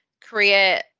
create